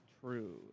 true